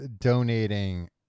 donating